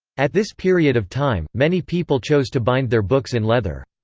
at this period of time, many people chose to bind their books in leather.